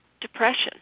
depression